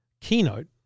keynote